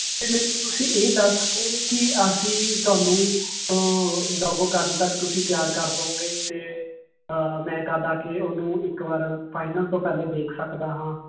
ਅਤੇ ਮੈਨੂੰ ਤੁਸੀਂ ਇਹ ਦੱਸ ਸਕੋਂਗੇ ਕਿ ਅਸੀਂ ਤੁਹਾਨੂੰ ਲੋਗੋ ਕਦ ਤੱਕ ਤੁਸੀਂ ਤਿਆਰ ਕਰ ਦਿਉਂਗੇ ਅਤੇ ਮੈਂ ਕਦ ਆ ਕੇ ਉਹਨੂੰ ਇੱਕ ਵਾਰ ਫ਼ਾਈਨਲ ਤੋਂ ਪਹਿਲੇ ਦੇਖ ਸਕਦਾ ਹਾਂ